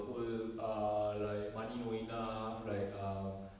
old uh like money no enough like um